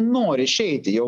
nori išeiti jau